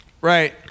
Right